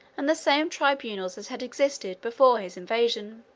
and the same tribunals as had existed before his invasion.